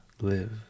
live